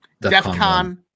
DEFCON